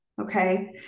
Okay